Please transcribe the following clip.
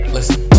Listen